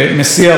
את האני דארי,